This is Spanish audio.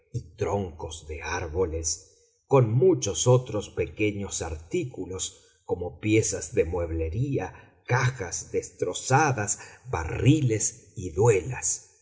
troncos de árboles con muchos otros pequeños artículos como piezas de mueblería cajas destrozadas barriles y duelas